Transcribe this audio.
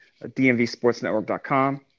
dmvsportsnetwork.com